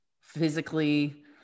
physically